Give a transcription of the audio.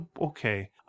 okay